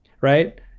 right